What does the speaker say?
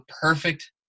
perfect